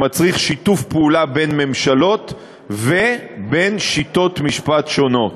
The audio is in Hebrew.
שמצריך שיתוף פעולה בין ממשלות ובין שיטות משפט שונות.